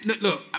Look